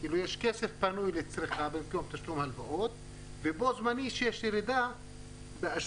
יש כסף פנוי לצריכה במקום תשלום הלוואות ובו-זמנית יש ירידה באשראי.